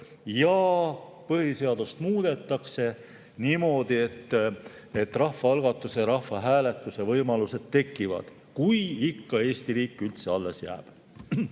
ja põhiseadust muudetakse siis niimoodi, et rahvaalgatuse ja rahvahääletuse võimalused tekivad, kui Eesti riik ikka üldse alles jääb.